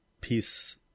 peace